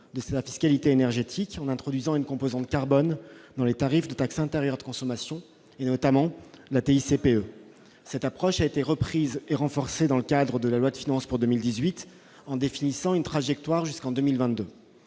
de sa fiscalité énergétique en introduisant une composante carbone dans les tarifs de taxes intérieures de consommation, et notamment la TICPE. Cette approche a été reprise et renforcée dans le cadre de la loi de finances pour 2018, en définissant une trajectoire jusqu'en 2022.